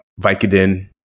Vicodin